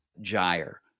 gyre